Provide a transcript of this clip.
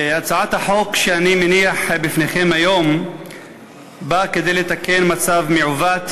הצעת החוק שאני מניח בפניכם היום באה לתקן מצב מעוות,